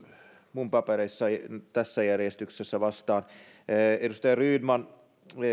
minun papereissani olevassa järjestyksessä vastaan edustaja rydman